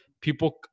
people